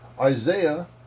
Isaiah